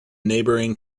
neighbouring